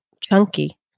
chunky